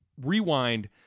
rewind